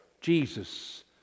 Jesus